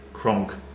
Kronk